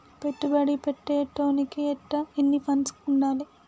పెట్టుబడి పెట్టేటోనికి ఎన్ని ఫండ్స్ ఉండాలే?